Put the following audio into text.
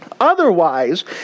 Otherwise